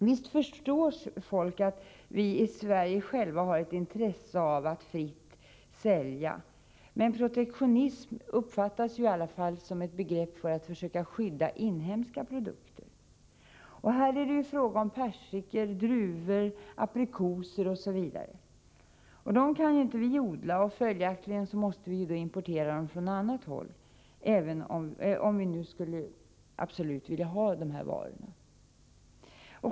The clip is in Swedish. Visst förstår folk att vi i Sverige själva har ett intresse av att få sälja fritt, men protektionism uppfattas i alla fall som att man försöker skydda inhemska produkter. Här är det ju fråga om persikor, druvor, aprikoser osv. Dem kan vi inte odla, och följaktligen måste vi importera dem från annat håll, om vi nu absolut vill ha dessa varor.